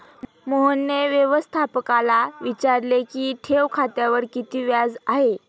मोहनने व्यवस्थापकाला विचारले की ठेव खात्यावर किती व्याज आहे?